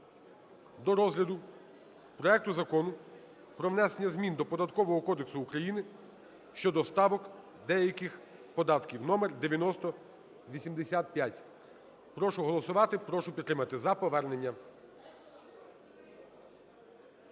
до розгляду проекту Закону про внесення змін до Податкового кодексу України щодо ставок деяких податків (№ 9085). Прошу голосувати, прошу підтримати. За повернення.